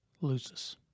loses